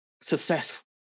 successful